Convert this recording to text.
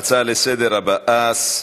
ההצעה לסדר-היום הבאה: